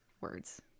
words